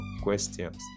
questions